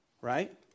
right